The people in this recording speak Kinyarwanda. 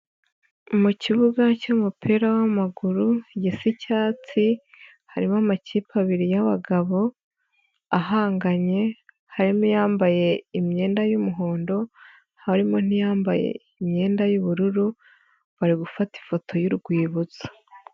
Mu kibuga cy'umupira w'amaguru gisa icyatsi, harimo amakipe abiri y'abagabo, ahanganye, harimo yambaye imyenda y'umuhondo, harimo n'iyambaye imyenda y'ubururu, bari gufata ifoto y'urwibutso.